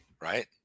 right